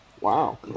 wow